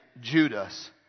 Judas